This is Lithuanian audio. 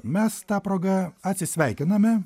mes ta proga atsisveikiname